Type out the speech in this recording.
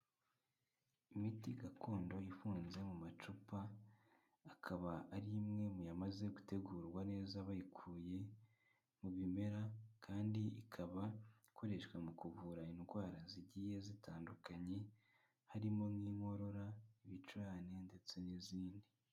Imiti gakondo ifunze mu macupa, akaba ari imwe mu yamaze gutegurwa neza, bayikuye mu bimera kandi ikaba ikoreshwa mu kuvura indwara zigiye zitandukanye, harimo nk'inkorora, ibicurane ndetse n'izindi.